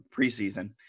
preseason